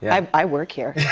yeah um i work here.